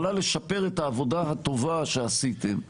היא יכולה לשפר את העבודה הטובה שעשיתם